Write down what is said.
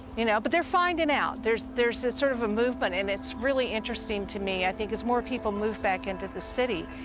you know, but they're finding out. there's there's ah sort of a movement, and it's really interesting to me. i think as more people move back into the city,